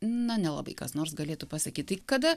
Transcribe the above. na nelabai kas nors galėtų pasakyt tai kada